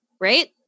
Right